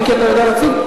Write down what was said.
מיקי, אתה יודע להציג?